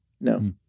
No